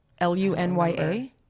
l-u-n-y-a